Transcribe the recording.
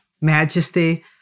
majesty